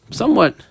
somewhat